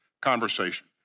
conversation